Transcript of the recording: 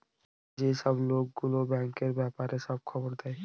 যেসব লোক গুলো ব্যাঙ্কের ব্যাপারে সব খবর দেয়